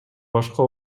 башка